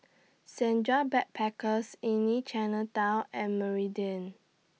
Senja Backpackers Inn Chinatown and Meridian